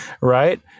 right